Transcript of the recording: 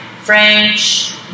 French